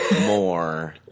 more